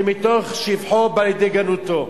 שמתוך שבחו באה לידי גנותו.